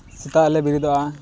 ᱥᱮᱛᱟᱜ ᱨᱮᱞᱮ ᱵᱮᱨᱮᱫᱚᱜᱼᱟ